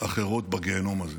אחרות בגיהינום הזה: